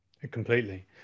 Completely